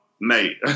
mate